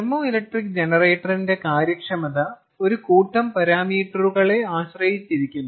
thermo electric ജനറേറ്ററിന്റെ കാര്യക്ഷമത ഒരു കൂട്ടം പാരാമീറ്ററുകളെ ആശ്രയിച്ചിരിക്കുന്നു